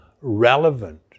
relevant